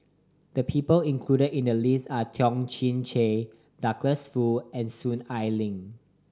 the people included in the list are Toh Chin Chye Douglas Foo and Soon Ai Ling